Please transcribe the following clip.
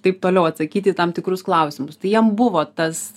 taip toliau atsakyt į tam tikrus klausimus tai jiem buvo tas